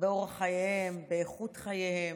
באורח חייהם ובאיכות חייהם?